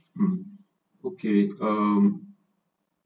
um okay um